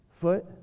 foot